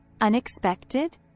unexpected